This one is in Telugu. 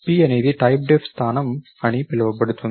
p అనేది టైప్డెఫ్ స్థానం అని పిలువబడుతుంది